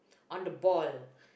on the ball